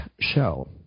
Show